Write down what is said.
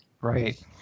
Right